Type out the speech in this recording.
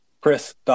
Chris